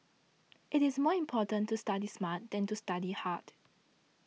it is more important to study smart than to study hard